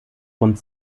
rund